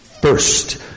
first